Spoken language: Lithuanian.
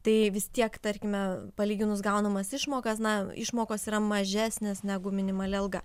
tai vis tiek tarkime palyginus gaunamas išmokas na išmokos yra mažesnės negu minimali alga